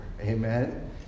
Amen